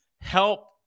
help